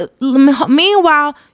Meanwhile